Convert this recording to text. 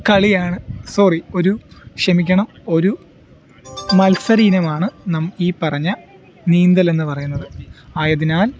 കളിയാണ് സോറി ഒരു ക്ഷമിക്കണം ഒരു മത്സര ഇനമാണ് നം ഈ പറഞ്ഞ നീന്തലെന്ന് പറയുന്നത് ആയതിനാൽ